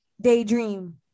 daydream